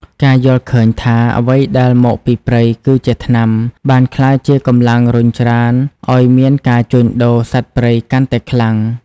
ការយល់ឃើញថា "អ្វីដែលមកពីព្រៃគឺជាថ្នាំ" បានក្លាយជាកម្លាំងរុញច្រានឱ្យមានការជួញដូរសត្វព្រៃកាន់តែខ្លាំង។